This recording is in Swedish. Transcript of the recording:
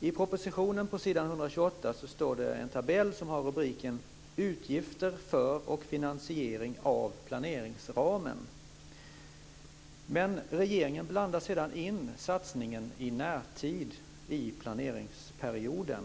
I propositionen, på s. 128, finns en tabell som har rubriken Utgifter för och finansiering av planeringsramen. Men regeringen blandar sedan in satsningen i närtid i planeringsperioden.